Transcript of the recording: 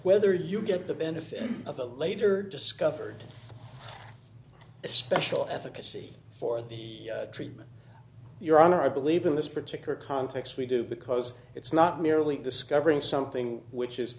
whether you get the benefit of a later discovered a special efficacy for the treatment your honor i believe in this particular context we do because it's not merely discovering something which is